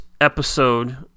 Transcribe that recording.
episode